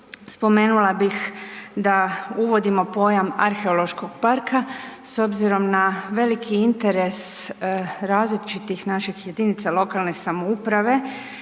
spomenula bih da uvodimo pojam „arheološkog parka“ s obzirom na veliki interes različitih naših JLS za uređenjem,